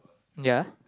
ya